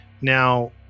Now